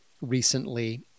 recently